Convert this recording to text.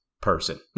person